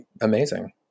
amazing